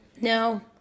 No